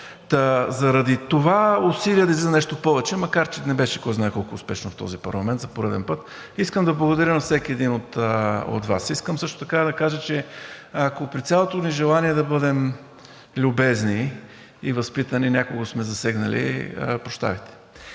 заради това усилие да излиза нещо повече, макар че не беше кой знае колко успешно в този парламент, за пореден път, искам да благодаря на всеки един от Вас. Искам също така да кажа, че ако при цялото ни желание да бъдем любезни и възпитани, някого сме засегнали, прощавайте.